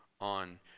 on